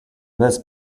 this